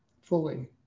fully